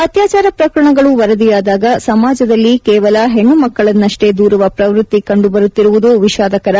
ಅತ್ಯಾಚಾರ ಪ್ರಕರಣಗಳು ವರದಿಯಾದಾಗ ಸಮಾಜದಲ್ಲಿ ಕೇವಲ ಹೆಣ್ಣುಮಕ್ಕಳನ್ನಷ್ಟೇ ದೂರುವ ಪ್ರವೃತ್ತಿ ಕಂಡುಬರುತ್ತಿರುವುದು ವಿಷಾದಕರ